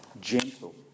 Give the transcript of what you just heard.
gentle